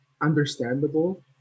understandable